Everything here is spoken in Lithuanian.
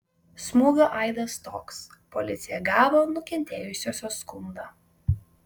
smūgio aidas toks policija gavo nukentėjusiosios skundą